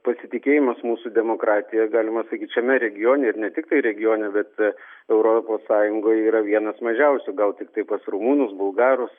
pasitikėjimas mūsų demokratija galima sakyt šiame regione ir ne tiktai regione bet europos sąjungoj yra vienas mažiausių gal tiktai pas rumunus bulgarus